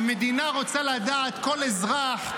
המדינה רוצה לדעת כל אזרח,